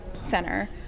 center